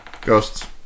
Ghosts